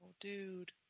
dude